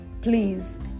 please